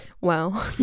Wow